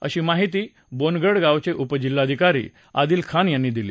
अशी माहिती बोनगर्डगावाचे उपजिल्हाधिकारी आदिल खान यांनी दिली